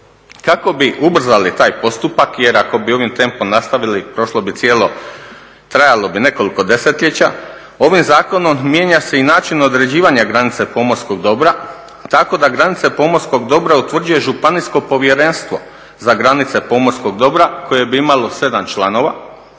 Kako bi ubrzali taj postupak, jer ako bi ovim tempom nastavili prošlo bi cijelo, trajalo bi nekoliko desetljeća, ovim zakonom mijenja se i način određivanja granice pomorskog dobra tako da granice pomorskog dobra utvrđuje županijsko povjerenstvo za granice pomorskog dobra koje bi imalo 7 članova.